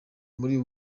muri